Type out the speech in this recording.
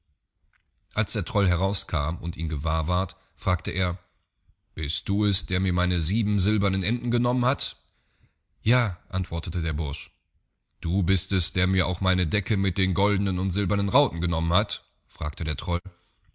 als der troll herauskam und ihn gewahr ward fragte er bist du es der mir meine sieben silbernen enten genommen hat ja a antwortete der bursch du bist es der mir auch meine decke mit den goldnen und silbernen rauten genommen hat fragte der troll